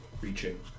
reaching